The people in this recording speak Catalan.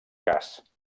cas